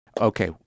Okay